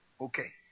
Okay